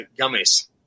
gummies